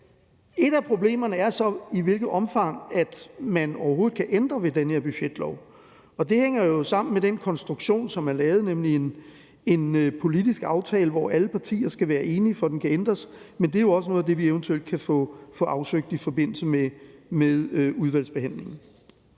Et af problemerne er så, i hvilket omfang man overhovedet kan ændre ved den her budgetlov, og det hænger jo sammen med den konstruktion, som er lavet, nemlig en politisk aftale, hvor alle partier skal være enige, for at den kan ændres, men det er jo også noget af det, vi eventuelt kan få afsøgt i forbindelse med udvalgsbehandlingen.